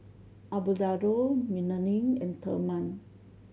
Abelardo Melanie and Therman